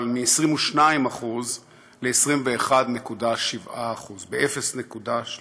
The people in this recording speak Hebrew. אבל מ-22% ל-21.7% ב-0.3%.